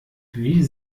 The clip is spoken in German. wie